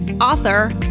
author